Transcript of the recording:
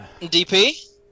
DP